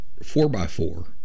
4x4